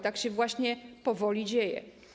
To się właśnie powoli dzieje.